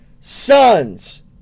sons